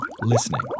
listening